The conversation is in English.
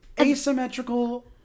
Asymmetrical